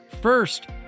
First